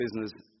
business